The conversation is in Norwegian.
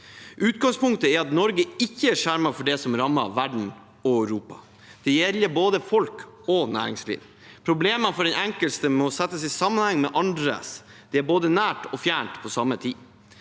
Utgangspunktet er at Norge ikke er skjermet for det som rammer verden og Europa. Det gjelder både folk og næringsliv. Problemer for den enkelte må settes i sammenheng med andres. Det er både nært og fjernt på samme tid.